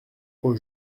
aux